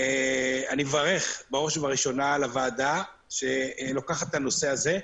אני מברך בראש ובראשונה על הוועדה שלוקחת את הנושא הזה.